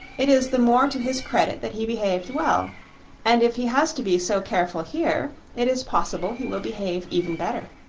it is the more to his credit that he behaved well and if he has to be so careful here, it is possible he will behave even better.